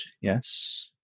yes